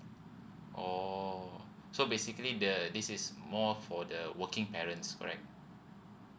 oo so basically the this is more for the working parents correct